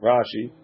Rashi